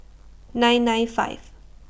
nine nine five